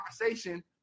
conversation